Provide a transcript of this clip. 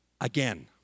again